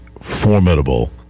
formidable